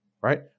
right